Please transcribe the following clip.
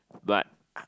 but